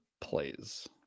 plays